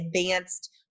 advanced